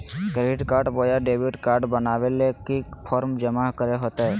Credit card बोया debit card बनाने ले की की फॉर्म जमा करे होते?